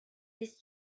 this